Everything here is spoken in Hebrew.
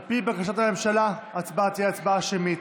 על פי בקשת הממשלה, ההצבעה תהיה הצבעה שמית.